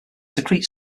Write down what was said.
secrete